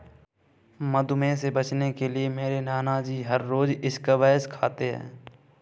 मधुमेह से बचने के लिए मेरे नानाजी हर रोज स्क्वैश खाते हैं